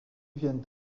viennent